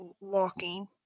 walking